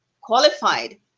qualified